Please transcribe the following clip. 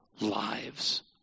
lives